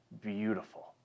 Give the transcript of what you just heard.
beautiful